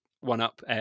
one-up